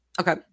Okay